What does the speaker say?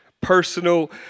personal